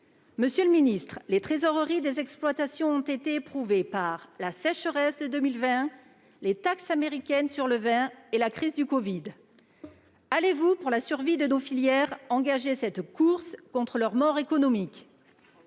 Monsieur le ministre, les trésoreries des exploitations ont été très éprouvées par la sécheresse de 2020, les taxes américaines sur le vin et la crise du covid. Allez-vous, pour la survie de nos filières, engager cette course contre leur mort économique ?